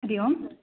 हरिः ओम्